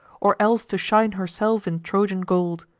or else to shine herself in trojan gold.